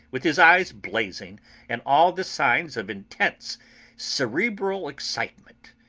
with his eyes blazing and all the signs of intense cerebral excitement.